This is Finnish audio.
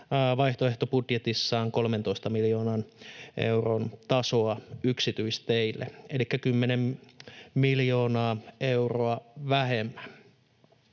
vaihtoehtobudjetissaan 13 miljoonan euron tasoa yksityisteille elikkä 10 miljoonaa euroa vähemmän.